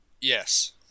Yes